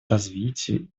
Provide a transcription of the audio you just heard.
развитию